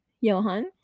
Johan